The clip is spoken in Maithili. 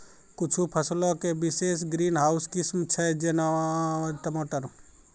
कुछु फसलो के विशेष ग्रीन हाउस किस्म छै, जेना टमाटर